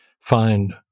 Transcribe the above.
find